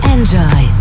Enjoy